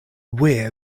weir